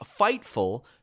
Fightful